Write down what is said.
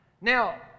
now